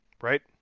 Right